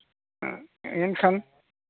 ᱦᱚᱸ ᱮᱱᱠᱷᱟᱱ